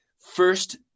first